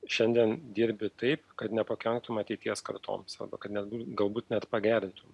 šiandien dirbi taip kad nepakenktum ateities kartoms arba kad net galbūt net pagerintum